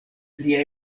lia